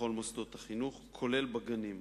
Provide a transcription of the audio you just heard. בכל מוסדות החינוך, כולל בגנים.